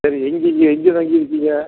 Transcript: சரி எங்கே இங்கே எங்கே தங்கிருக்கிங்க